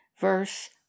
verse